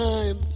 Time